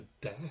death